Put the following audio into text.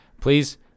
Please